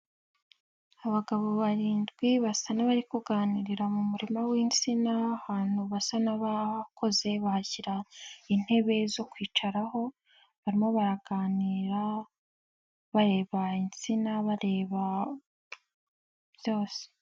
Abagabo barindwi basa n'abari kuganirira mu murima w'isina, ahantu basa n'abakoze bahashyira intebe zo kwicaraho, barimo baraganira, bareba insina, bareba byose.